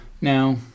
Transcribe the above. Now